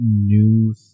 new